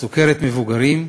סוכרת מבוגרים,